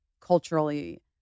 culturally